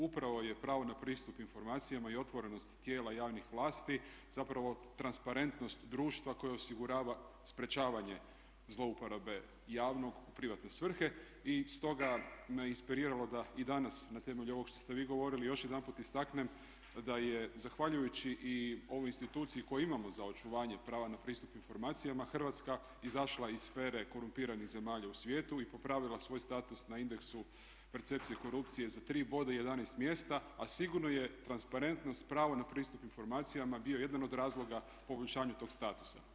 Upravo je pravo na pristup informacijama i otvorenost tijela javnih vlasti zapravo transparentnost društva koja osigurava sprječavanje zlouporabe javnog u privatne svrhe i stoga me inspiriralo da i danas na temelju ovog što ste vi govorili još jedanput istaknem da je zahvaljujući i ovoj instituciji koju imamo za očuvanje prava na pristup informacijama Hrvatska izašla iz sfere korumpiranih zemalja u svijetu i popravila svoj status na indeksu percepcije korupcije za 3 boda i 11 mjesta, a sigurno je transparentnost i pravo na pristup informacijama bio jedan od razloga poboljšanju tog statusa.